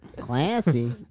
Classy